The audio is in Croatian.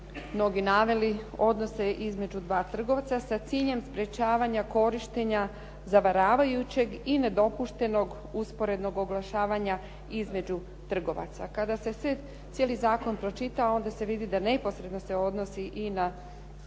mnogi naveli, odnose između dva trgovca sa ciljem sprječavanja korištenja zavaravajućeg i nedopuštenog usporednog oglašavanja između trgovaca. Kada se cijeli zakon pročita onda se vidi da neposredno se odnosi i na